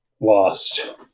lost